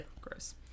gross